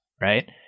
right